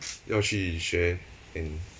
要去学 and